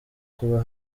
kuba